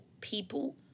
people